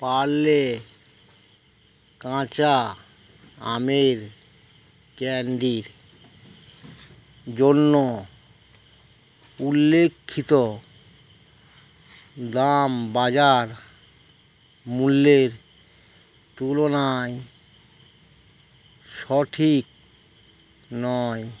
পার্লে কাঁচা আমের ক্যাণ্ডির জন্য উল্লিখিত দাম বাজার মূল্যের তুলনায় সঠিক নয়